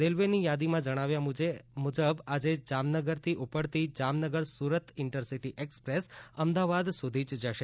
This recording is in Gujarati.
રેલવેની યાદીમાં જણાવ્યા મુજબ આજે જામનગરથી ઉપડતી જામનગર સુરત ઇન્ટરસીટી એક્સપ્રેસ અમદાવાદ સુધી જ જશે